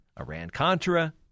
Iran-Contra